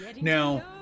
Now